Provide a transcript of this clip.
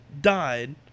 died